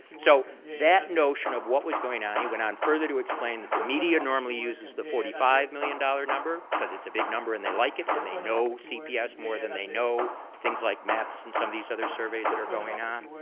so that notion of what was going on, he went on further to explain that the media normally uses the forty five million dollars number because it's a big number and they like it and they know cps more than they know things like naps and some of these other surveys that are going on.